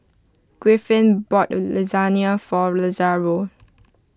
Griffin bought Lasagna for Lazaro